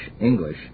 English